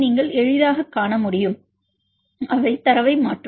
நீங்கள் எளிதாகக் காண முடியும் அவை தரவை மாற்றும்